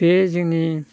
बे जोंनि